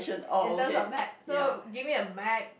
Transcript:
in terms of map so give me a map